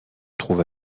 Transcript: trouve